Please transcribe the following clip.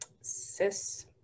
cis